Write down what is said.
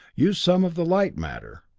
use some of the light-matter.